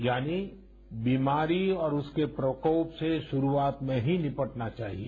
यानी बीमारी और उसके प्रकोप से शुरूआत में ही निपटना चाहिए